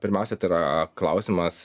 pirmiausia tai yra klausimas